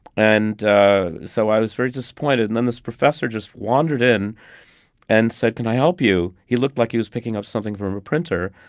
and so i was very disappointed. and then this professor just wandered in and said, can i help you? he looked like he was picking up something from a printer.